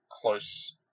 close